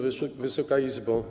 Wysoka Izbo!